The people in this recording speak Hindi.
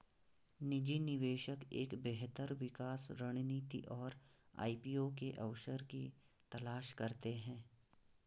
निजी निवेशक एक बेहतर निकास रणनीति और आई.पी.ओ के अवसर की तलाश करते हैं